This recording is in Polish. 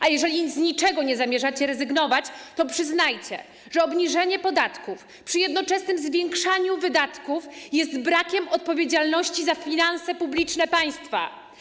A jeżeli z niczego nie zamierzacie rezygnować, to przyznajcie, że obniżenie podatków przy jednoczesnym zwiększaniu wydatków jest brakiem odpowiedzialności za finanse publiczne państwa.